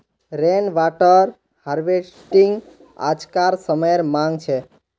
rain water harvesting आज्कार समयेर मांग छे